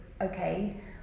okay